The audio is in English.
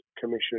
Commission